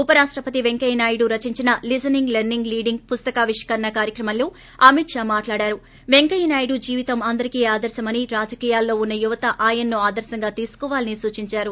ఉప రాష్టపతి వెంకయ్యనాయుడు రచించిన లీజనింగ్ లెర్పింగ్ లీడింగ్ పుస్తకావిష్కరణ కార్యక్రమంలో అమిత్ షా మాట్లాడుతూ పెంకయ్య నాయుడు జీవితం అందరికీ ఆదర్శమని రాజకీయాల్లో ఉన్న యువత ఆయనను ఆదర్రంగా తీసుకోవాలని సూచించారు